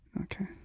Okay